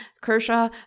Kershaw